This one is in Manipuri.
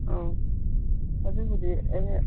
ꯑꯧ ꯑꯗꯨꯕꯨꯗꯤ ꯑꯩꯅ